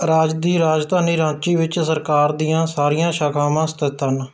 ਰਾਜ ਦੀ ਰਾਜਧਾਨੀ ਰਾਂਚੀ ਵਿੱਚ ਸਰਕਾਰ ਦੀਆਂ ਸਾਰੀਆਂ ਸ਼ਾਖਾਵਾਂ ਸਥਿਤ ਹਨ